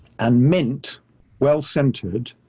and mint well centered.